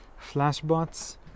Flashbots